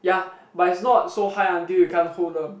ya but is not so high until you can't hold them